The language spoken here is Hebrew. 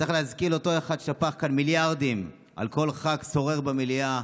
צריך להזכיר: זה אותו אחד ששפך כאן מיליארדים על כל ח"כ סורר במליאה,